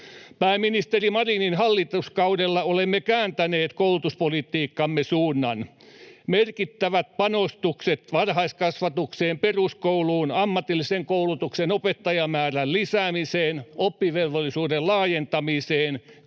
Pääministeri Marinin hallituskaudella olemme kääntäneet koulutuspolitiikkamme suunnan: merkittävät panostukset varhaiskasvatukseen, peruskouluun, ammatillisen koulutuksen opettajamäärän lisäämiseen ja oppivelvollisuuden laajentamiseen,